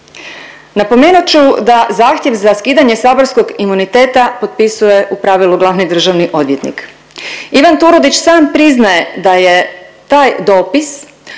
Napomenut ću da zahtjev za skidanje saborskog imuniteta potpisuje u pravilu glavni državni odvjetnik. Ivan Turudić sam priznaje da je taj dopis